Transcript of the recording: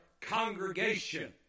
congregation